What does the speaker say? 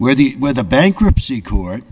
where the where the bankruptcy court